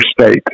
state